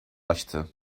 açtı